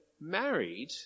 married